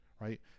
right